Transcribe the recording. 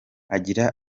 agira